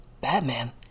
Batman